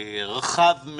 המשפטי.